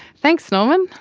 thanks norman.